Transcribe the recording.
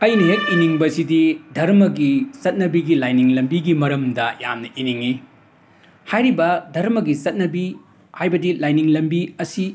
ꯑꯩꯅ ꯍꯦꯛ ꯏꯅꯤꯡꯕꯁꯤꯗꯤ ꯙꯔꯃꯒꯤ ꯆꯠꯅꯕꯤꯒꯤ ꯂꯥꯏꯅꯤꯡ ꯂꯝꯕꯤꯒꯤ ꯃꯔꯝꯗ ꯌꯥꯝꯅ ꯏꯅꯤꯡꯏ ꯍꯥꯏꯔꯤꯕ ꯙꯔꯃꯒꯤ ꯆꯠꯅꯕꯤ ꯍꯥꯏꯕꯗꯤ ꯂꯥꯏꯅꯤꯡ ꯂꯝꯕꯤ ꯑꯁꯤ